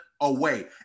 away